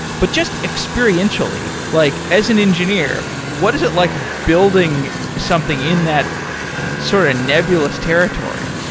but just experientially, like as an engineer, what is it like building something in that sort of nebulous territory?